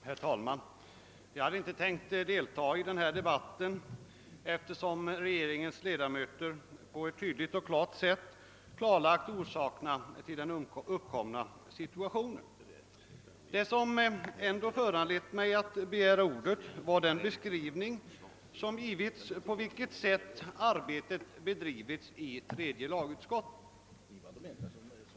Herr talman! Jag hade inte tänkt att delta i denna debatt, eftersom regeringens ledamöter så tydligt klarlagt orsakerna till den uppkomna situationen. Det som ändå föranlett mig att begära ordet var den beskrivning av arbetet i tredje lagutskottet som givits.